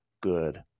good